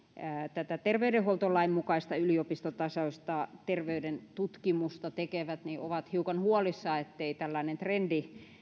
tätä terveydenhuoltolain mukaista yliopistotasoista terveyden tutkimusta tekevät ovat hiukan huolissaan ettei tällainen trendi